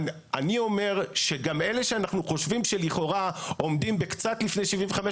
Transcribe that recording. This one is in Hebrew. אני אומר שגם אלה שאנחנו חושבים שלכאורה עומדים בקצת לפני 75,